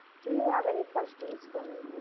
do you have any questions for